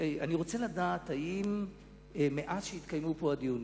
אני רוצה לדעת, האם מאז שהתקיימו פה הדיונים,